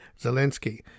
Zelensky